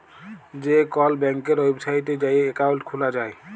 যে কল ব্যাংকের ওয়েবসাইটে যাঁয়ে একাউল্ট খুলা যায়